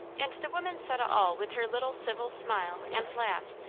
and the woman said it all with her little civil smile and laugh,